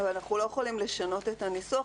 אבל אנחנו לא יכולים לשנות את הניסוח,